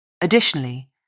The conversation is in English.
Additionally